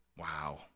Wow